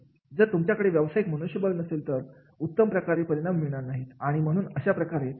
जर तुमच्याकडे व्यवसायिक मनुष्यबळ नसेल तर उत्तम प्रकारचे परिणाम मिळणार नाहीत आणि म्हणून अशा प्रकारांमध्ये